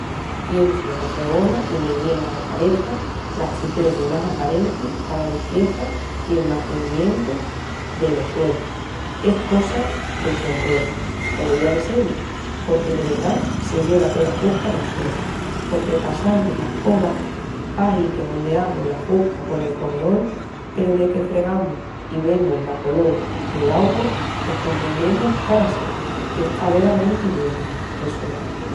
Piensu ena fregona i me vien ala cabeça l'achiperri más aparenti pala limpieza i el mantenimientu delos suelus. Es cosa de sonrueu, o devía de se-lu porque de verdá se lleva tola fusca del suelu. Porque passandu la escoba pahi que hondeamus la fusca con el cogeol peru deque fregamus i vemus la colol del'augua pos comprendemus qu'ara sí qu'está veramenti limpiu el suelu.